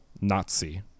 nazi